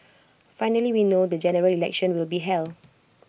finally we know when the General Election will be held